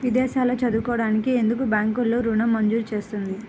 విదేశాల్లో చదువుకోవడానికి ఎందుకు బ్యాంక్లలో ఋణం మంజూరు చేస్తుంది?